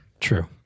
true